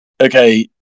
okay